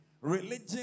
Religion